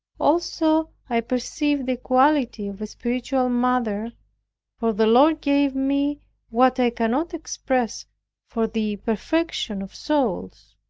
also i perceived the quality of a spiritual mother for the lord gave me what i cannot express for the perfection of souls.